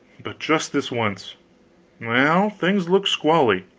but just this once well, things looked squally!